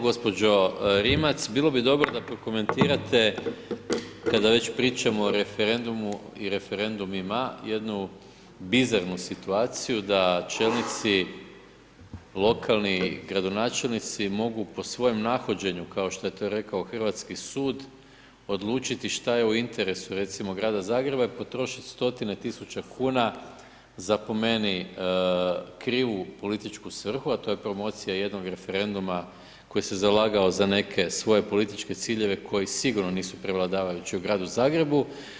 Gospođo Rimac bilo bi dobro da prokomentirate kada već pričamo o referendumu i referendumima jednu bizarnu situaciju da čelnici lokalni gradonačelnici mogu po svojem nahođenju kao što je to rekao hrvatski sud odlučiti šta je u interesu recimo grada Zagreba i potrošiti stotine tisuća kuna za po meni krivu političku svrhu a to je promocija jednog referenduma koji se zalagao za neke svoje političke ciljeve koji sigurno nisu prevladavajući u gradu Zagrebu.